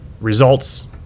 results